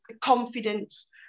confidence